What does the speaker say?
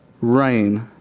rain